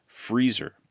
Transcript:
freezer